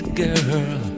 girl